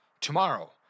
tomorrow